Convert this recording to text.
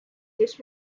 this